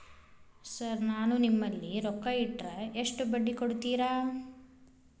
Sir ನಾನು ನಿಮ್ಮಲ್ಲಿ ರೊಕ್ಕ ಇಟ್ಟರ ಎಷ್ಟು ಬಡ್ಡಿ ಕೊಡುತೇರಾ?